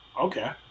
Okay